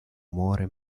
muore